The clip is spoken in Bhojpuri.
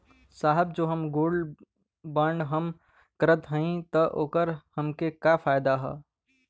साहब जो हम गोल्ड बोंड हम करत हई त ओकर हमके का फायदा ह?